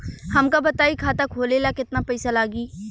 हमका बताई खाता खोले ला केतना पईसा लागी?